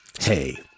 Hey